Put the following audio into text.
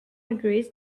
agrees